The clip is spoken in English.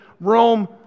Rome